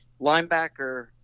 Linebacker